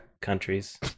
countries